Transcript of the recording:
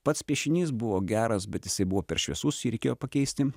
pats piešinys buvo geras bet jisai buvo per šviesus jį reikėjo pakeisti